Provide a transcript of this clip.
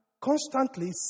constantly